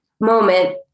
moment